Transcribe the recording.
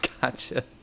gotcha